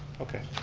okay.